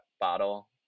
bottle